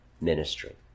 ministry